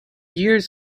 years